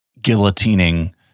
guillotining